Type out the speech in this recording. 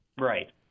Right